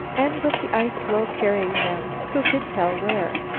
and with the ice-floe carrying them, who could tell where?